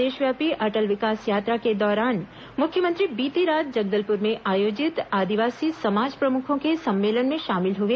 प्रदेशव्यापी अटल विकास यात्रा के दौरान मुख्यमंत्री बीती रात जगदलपुर में आयोजित आदिवासी समाज प्रमुखों के सम्मेलन में शामिल हुए